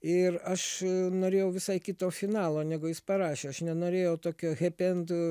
ir aš norėjau visai kito finalo negu jis parašė aš nenorėjau tokio hep end